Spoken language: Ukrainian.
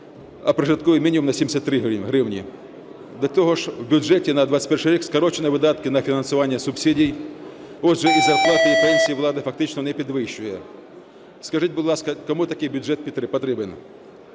а прожитковий мінімум на 73 гривні. До того ж в бюджеті на 21-й рік скорочено видатки на фінансування субсидій, отже і зарплати, і пенсії влада фактично не підвищує. Скажіть, будь ласка, кому такий бюджет потрібен?